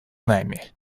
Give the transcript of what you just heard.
нами